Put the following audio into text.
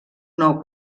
nou